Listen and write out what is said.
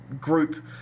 group